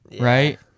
right